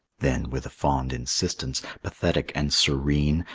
then, with a fond insistence, pathetic and serene,